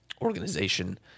organization